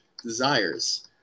desires